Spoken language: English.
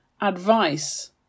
advice